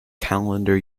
calendar